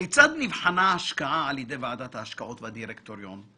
כיצד נבחנה ההשקעה על ידי ועדת ההשקעות והדירקטוריון?